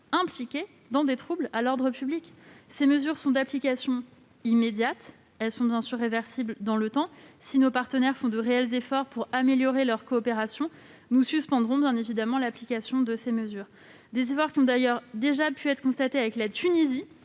impliquées dans des troubles à l'ordre public. Ces mesures sont d'application immédiate. Elles sont réversibles dans le temps : si nos partenaires font de réels efforts pour améliorer leur coopération, nous suspendrons l'application de ces mesures. Des efforts ont d'ailleurs déjà été constatés en Tunisie,